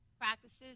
practices